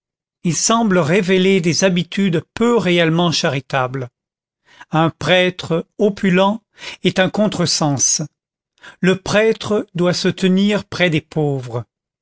il semble révéler des habitudes peu réellement charitables un prêtre opulent est un contre-sens le prêtre doit se tenir près des pauvres